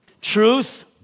Truth